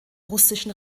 russischen